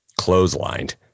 clotheslined